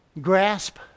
Grasp